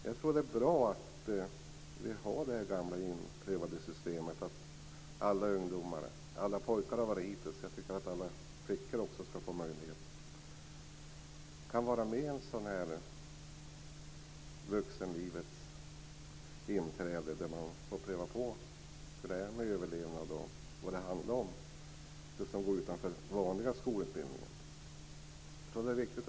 Jag tror att det är bra att vi har det här gamla beprövade systemet att alla ungdomar - hittills har det varit alla pojkar, men jag tycker att alla flickor också skall få den möjligheten - vid inträdet i vuxenlivet får pröva på det här, som går utanför den vanliga skolutbildningen, förstå det här med överlevnad och känna på vad det handlar om.